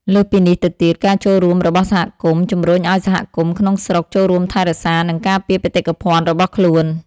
លើសពីនេះទៅទៀត ការចូលរួមរបស់សហគមន៍ ជំរុញឲ្យសហគមន៍ក្នុងស្រុកចូលរួមថែរក្សា និងការពារបេតិកភណ្ឌរបស់ខ្លួន។